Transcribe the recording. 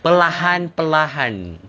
perlahan-perlahan hmm